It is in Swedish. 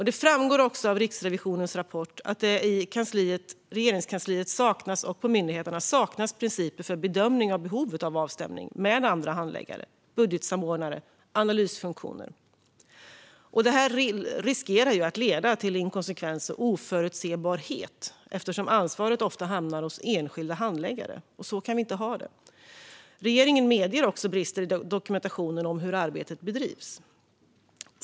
Det framgår också av Riksrevisionens rapport att det i Regeringskansliet och på myndigheterna saknas principer för bedömning av behovet av avstämning med andra handläggare, budgetsamordnare och analysfunktioner. Det riskerar att leda till inkonsekvens och oförutsebarhet eftersom ansvaret ofta hamnar hos enskilda handläggare, och så kan vi inte ha det. Regeringen medger också brister i dokumentationen av hur arbetet bedrivs.